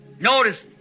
Notice